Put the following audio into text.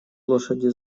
лошади